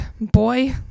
boy